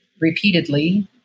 repeatedly